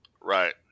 Right